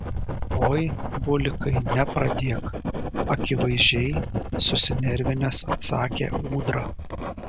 oi bulikai nepradėk akivaizdžiai susinervinęs atsakė ūdra